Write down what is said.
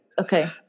Okay